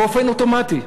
באופן אוטומטי,